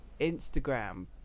Instagram